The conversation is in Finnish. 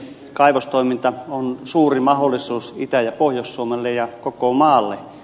kaivostoiminta on suuri mahdollisuus itä ja pohjois suomelle ja koko maalle